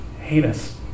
heinous